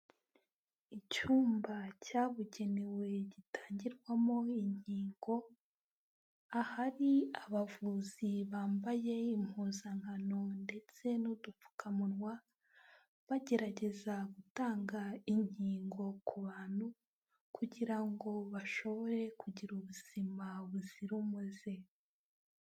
Icyumba cyabugenewe gitangirwamo inkingo, ahari abavuzi bambaye impuzankano ndetse n'udupfukamunwa, bagerageza gutanga inkingo ku bantu kugira ngo bashobore kugira ubuzima buzira umuze.